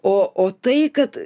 o o tai kad